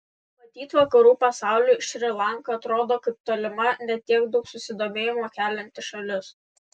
matyt vakarų pasauliui šri lanka atrodo kaip tolima ne tiek daug susidomėjimo kelianti šalis